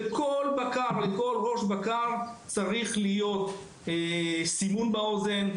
לכל ראש בקר צריך להיות סימון באוזן,